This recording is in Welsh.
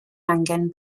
angen